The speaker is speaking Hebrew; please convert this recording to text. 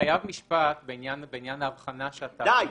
חייב משפט בעניין ההבחנה שאתה עושה.